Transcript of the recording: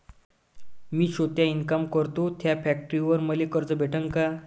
मी सौता इनकाम करतो थ्या फॅक्टरीवर मले कर्ज भेटन का?